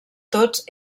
tots